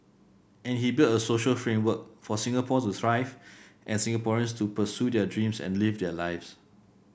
and he build a social framework for Singapore to thrive and Singaporeans to pursue their dreams and live their lives